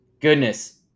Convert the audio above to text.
goodness